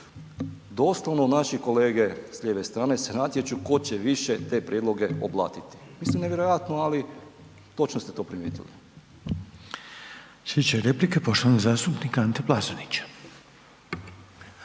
doslovno naši kolege s lijeve strane se natječu ko će više te prijedloge oblatiti. Mislim nevjerojatno, ali točno ste to primjetili. **Reiner, Željko (HDZ)** Slijedeće replike poštovanog zatupnika Ante Plazonića.